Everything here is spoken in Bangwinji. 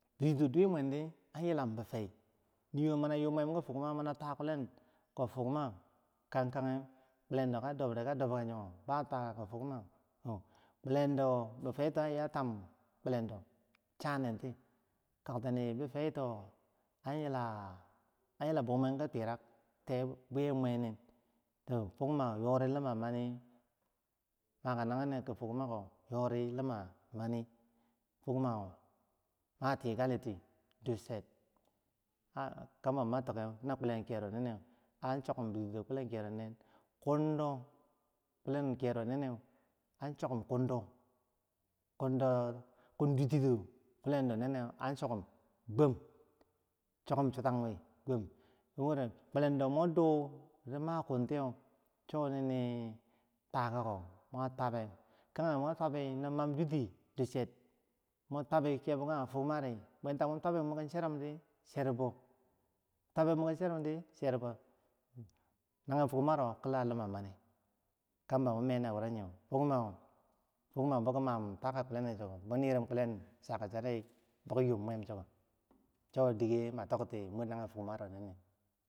Dotito dwe mwnedi an yilin bifei, niwo mini yumwen ki fok kuma, mana twa kulen ki fugma kagkageh, kulen do ka dobre ka dob kayoh bar twakka, yoh, kin fugma oh kulendo bifaitoh an iyam tam kulendo, antam dimanen ti, bifai to an bo mwen ki tukark tai buyeh mweyeh murnen, toh fugma yori lima mani maga nagereko ki fugma yori lima mani, fugmama a tikali ti, ducher, hah kambo matikeh kulen kiyah ro nene an chokom jutiyo kulen kiyero nen an chokom kundo kun jutiro kulendo nene an chokom gwam, chokom chutang wi gwam, don wori kulendo mu dur ri makuntiyeh in cho twakka ko mwer twabeh, twakako mwa twabe kageh no mam juti ducher mur twabi no kebo kageh fugma ri, bwentah mun twabi muki cherum di, cherbo twabi muki cherum di cherbo, nagen fugmaro kila nima mani kambo mumeh na wuroyeh, fugmah fugmah boki mah twaka kulenekchiko, bonirum kulen chaka chari bo yum mwem chiko, chodikeh ma tok ti mur nagen fugmaro neneh.